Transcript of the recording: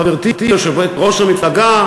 חברתי יושבת-ראש המפלגה,